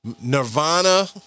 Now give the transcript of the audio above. Nirvana